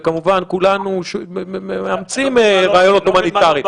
וכמובן שכולנו מאמצים רעיונות הומניטריים.